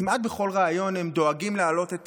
כמעט בכל ריאיון הם דואגים להעלות את